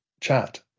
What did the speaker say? chat